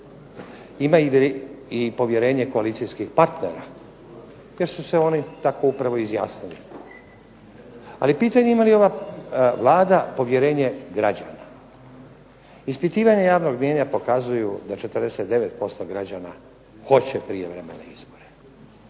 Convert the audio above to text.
Ima i povjerenje koalicijskih partnera, jer su se oni tako upravo izjasnili. Ali pitanje ima li ova Vlada povjerenje građana? Ispitivanje javnog mnijenja pokazuju da 49% građana hoće prijevremene izbore.